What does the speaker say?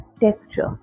texture